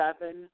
seven